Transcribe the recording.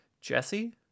Jesse